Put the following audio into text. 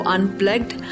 Unplugged